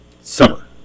summer